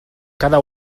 cada